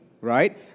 right